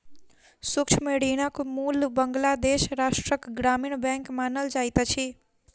सूक्ष्म ऋणक मूल बांग्लादेश राष्ट्रक ग्रामीण बैंक मानल जाइत अछि